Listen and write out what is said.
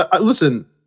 Listen